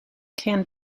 can